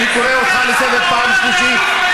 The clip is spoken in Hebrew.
אני קורא אותך לסדר פעם שלישית.